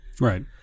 Right